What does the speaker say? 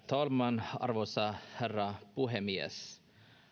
talman arvoisa herra puhemies